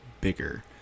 bigger